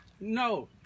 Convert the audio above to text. No